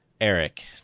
Eric